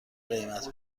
قیمت